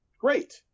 great